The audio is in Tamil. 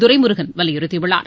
துரைமுருகன் வலியுறுத்தியுள்ளார்